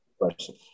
question